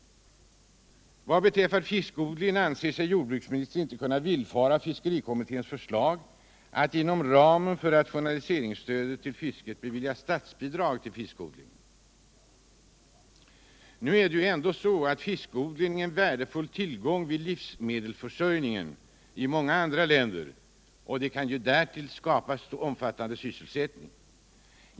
Vad beträffar fiskodling anser sig jordbruksministern inte kunna villfara fiskerikommitténs förslag att inom ramen för rationaliseringsstödet till fisket bevilja statsbidrag till sådan odling. Fiskodling är dock en värdefull tillgång vid livsmedelsförsörjningen i många andra länder, och den kan ju där skapa omfattande sysselsättning.